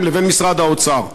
ירושלים לבין משרד האוצר,